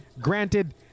Granted